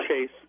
Chase